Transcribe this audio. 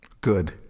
Good